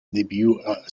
debut